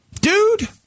dude